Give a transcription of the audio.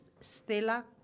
Stella